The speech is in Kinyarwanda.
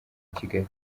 kigali